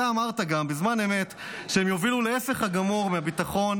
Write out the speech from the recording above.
אתה גם אמרת בזמן אמת שהם יובילו להפך הגמור מהביטחון,